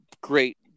great